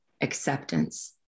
acceptance